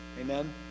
Amen